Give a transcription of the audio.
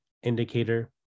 indicator